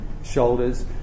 shoulders